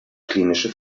klinische